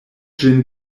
ĝin